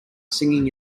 singing